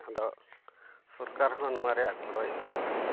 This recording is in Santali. ᱟᱫᱚ ᱥᱚᱨᱠᱟᱨ ᱦᱚᱸ ᱱᱚᱣᱟ ᱨᱮᱭᱟᱜ ᱜᱚᱲᱚᱭ ᱮᱢᱚᱜ ᱠᱟᱱᱟ